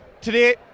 today